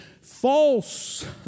False